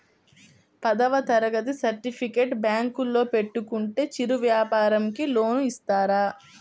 పదవ తరగతి సర్టిఫికేట్ బ్యాంకులో పెట్టుకుంటే చిరు వ్యాపారంకి లోన్ ఇస్తారా?